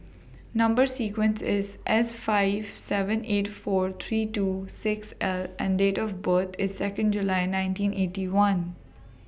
Number sequence IS S five seven eight four three two six L and Date of birth IS Second July nineteen Eighty One